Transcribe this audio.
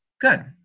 good